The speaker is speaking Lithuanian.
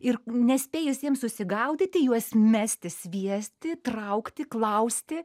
ir nespėjus jiems susigaudyti juos mesti sviesti traukti klausti